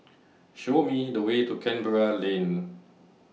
Show Me The Way to Canberra Lane